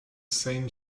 saint